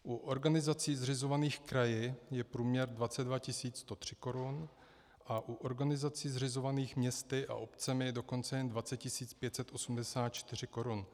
U organizací zřizovaných kraji je průměr 22 103 korun a u organizací zřizovaných městy a obcemi dokonce jen 20 584 korun.